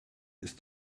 ist